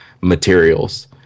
materials